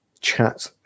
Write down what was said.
chat